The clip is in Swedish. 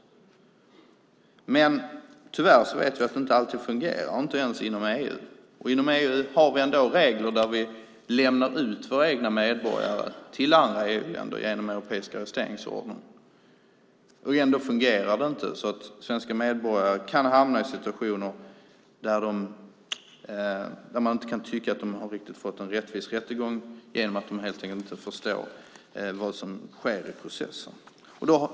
Men tyvärr vet vi att det inte alltid fungerar, inte ens inom EU. Inom EU har vi ändå regler som gör att vi lämnar ut våra egna medborgare till andra EU-länder, genom den europeiska arresteringsordern. Ändå fungerar det inte, så svenska medborgare kan hamna i situationer där man kan tycka att de inte har fått en rättvis rättegång genom att de helt enkelt inte förstått vad som sker i processen.